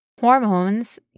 Hormones